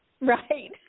Right